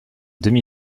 demi